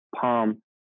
Palm